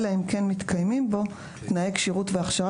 אלא אם כן מתקיימים בו תנאי כשירות והשכרה